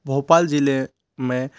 भोपाल ज़िले में